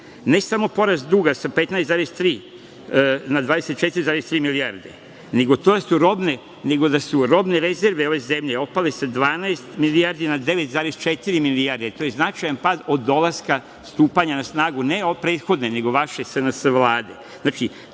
ne samo porast duga sa 15,3 na 24,3 milijarde, nego da su robne rezerve ove zemlje opale sa 12 milijardi na 9,4 milijarde. To je značajan pad od dolaska stupanja na snagu, ne od prethodne, nego vaše SNS vlade.